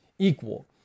Equal